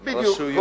בדיוק.